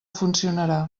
funcionarà